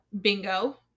Bingo